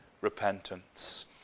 repentance